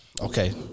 Okay